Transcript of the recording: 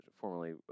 formerly